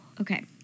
okay